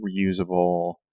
reusable